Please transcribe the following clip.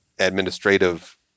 Administrative